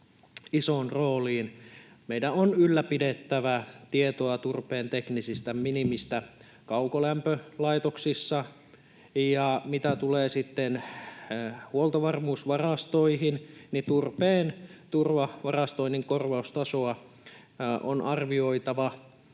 isoon rooliin. Meidän on ylläpidettävä tietoa turpeen teknisestä minimistä kaukolämpölaitoksissa. Ja mitä tulee sitten huoltovarmuusvarastoihin, niin turpeen turvavarastoinnin korvaustasoa on arvioitava